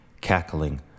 cackling